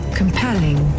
compelling